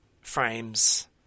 frames